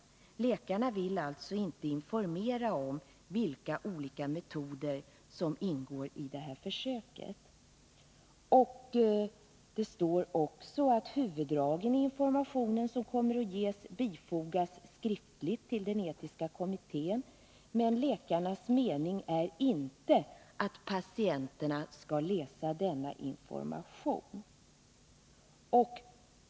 Läkarna vill alltså inte informera om vilka olika metoder som ingår i försöket. Det står också att huvuddragen i den information som kommer att ges bifogas skriftligt till den etiska kommittén, men läkarnas mening är inte att patienterna skall läsa denna information.